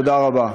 תודה רבה.